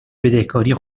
بدهکاری